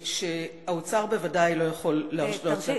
שהאוצר בוודאי לא יכול להרשות לעצמו,